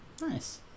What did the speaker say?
Nice